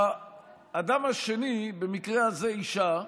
האדם השני, במקרה הזה אישה,